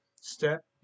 Step